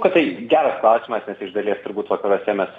kad tai geras klausimas nes iš dalies turbūt vakaruose mes